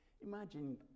Imagine